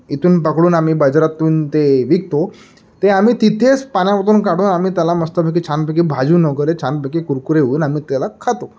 इथून पकडून आम्ही बाजारातून ते विकतो ते आम्ही तिथेच पाण्यावरतून काढून आम्ही त्याला मस्तपैकी छानपैकी भाजून वगैरे छानपैकी कुरकुरी होऊन आम्ही त्याला खातो